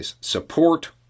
support